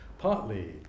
Partly